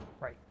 Right